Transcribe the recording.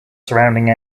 surrounding